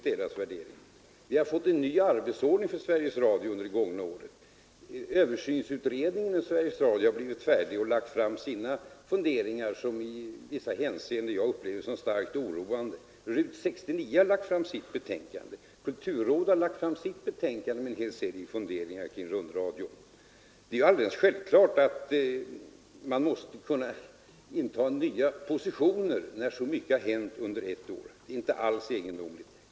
Vi har också under det gångna året fått en ny arbetsordning för Sveriges Radio. Översynsutredningen rörande Sveriges Radio har blivit färdig med sitt arbete och presenterat sina funderingar, som jag i vissa hänseenden upplever som starkt oroande. RUT 69 har också lagt fram sitt betänkande. Vidare har kulturrådet presenterat sitt betänkande med en hel serie funderingar kring rundradion. När så mycket har hänt under ett år är det väl självklart att man måste kunna inta nya positioner. Det är inte alls egendomligt.